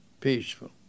peaceful